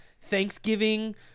thanksgiving